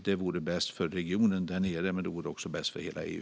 Det vore bäst för regionen där nere, men det vore också bäst för hela EU.